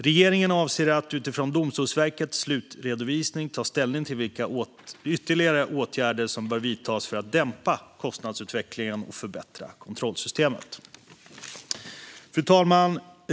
Regeringen avser att utifrån Domstolsverkets slutredovisning ta ställning till vilka ytterligare åtgärder som bör vidtas för att dämpa kostnadsutvecklingen och förbättra kontrollsystemet. Fru talman!